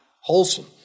wholesome